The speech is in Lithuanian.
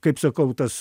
kaip sakau tas